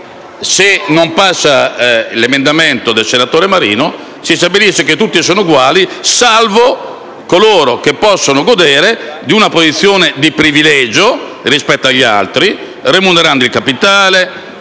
se non passa l'emendamento del senatore Luigi Marino, si stabilisce che tutti sono uguali salvo coloro che possono godere di una posizione di privilegio rispetto agli altri, remunerando il capitale